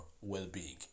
well-being